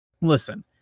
Listen